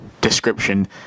description